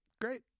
Great